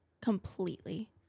completely